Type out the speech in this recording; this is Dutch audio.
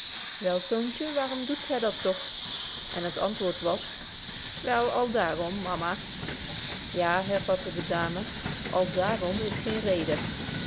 wel toontje waarom doet gy dat toch betje wolff proeve over de opvoeding en het antwoord was wel al daarom mama ja hervatte de dame al daarom is geen reden